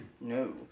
No